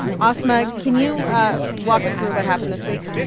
asma, can you walk us through what happened this week?